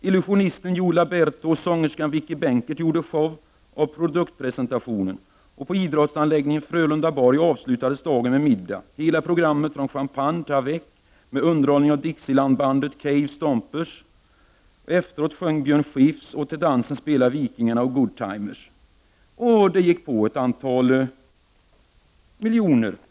Illusionisten Joe Labero och sångerskan Vicki Benckert gjorde show av produktpresentationen, och på idrottsanläggningen Frölundaborg avslutades dagen med middag — hela programmet, från champagne till avec — med underhållning av dixielandbandet Cave Stompers ———. Efteråt sjöng Björn Skifs och till dansen spelade Vikingarna och Goodtimers.” Det gick på ett antal miljoner.